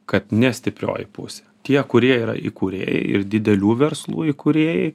kad ne stiprioji pusė tie kurie yra įkūrėjai ir didelių verslų įkūrėjai